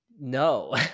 No